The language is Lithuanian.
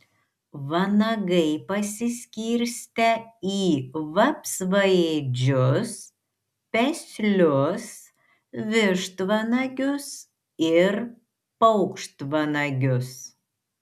vanagai pasiskirstę į vapsvaėdžius peslius vištvanagius ir paukštvanagius